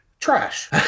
Trash